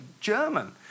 German